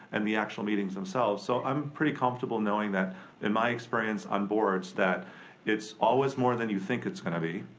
and the actual meetings themselves. so i'm pretty comfortable knowing that in my experience on boards that it's always more than you think it's gonna be,